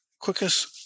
quickest